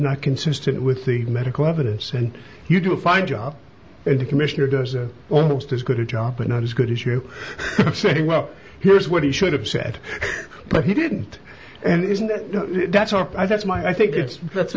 not consistent with the medical evidence and you do a fine job and the commissioner does almost as good a job but not as good as you say well here's what he should have said but he didn't and it isn't that that's not that's my i think it's that's